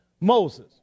Moses